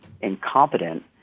incompetent